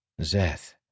Zeth